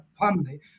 family